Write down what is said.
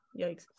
Yikes